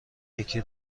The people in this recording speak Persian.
یکی